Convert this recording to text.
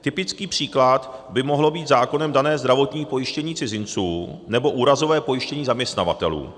Typický příklad by mohlo být zákonem dané zdravotní pojištění cizinců nebo úrazové pojištění zaměstnavatelů.